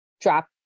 drop